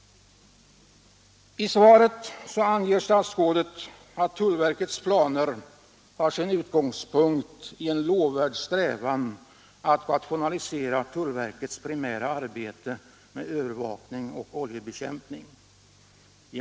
I svaret anger statsrådet att tullverkets planer har sin utgångspunkt i en lovvärd strävan att rationalisera tullverkets primära arbete med övervakning och oljebekämpning.